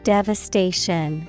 Devastation